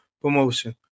promotion